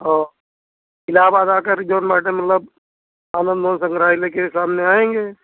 और इलहाबाद आकर जौन बाटे मतलब आनंद भवन संग्रहालय के सामने आएंगे